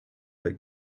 but